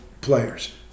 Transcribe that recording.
players